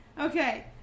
Okay